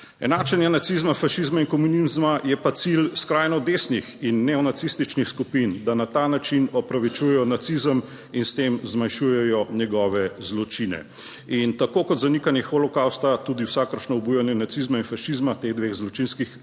Enačenje nacizma, fašizma in komunizma, je pa cilj skrajno desnih in neonacističnih skupin, da na ta način opravičujejo nacizem in s tem zmanjšujejo njegove zločine. In tako kot zanikanje holokavsta tudi vsakršno obujanje nacizma in fašizma, teh dveh zločinskih